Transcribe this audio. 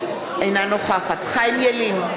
אינה נוכחת חיים ילין,